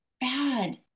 bad